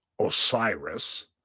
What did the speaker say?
Osiris